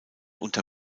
unter